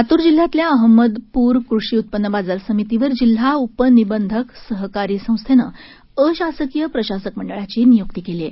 लातूर जिल्ह्यातल्या अहमदपूर कृषी उत्पन्न बाजार समितीवर जिल्हा उपनिबंधक सहकारी संस्थेनं अशासकीय प्रशासक मंडळाची नियूक्ती केली आहे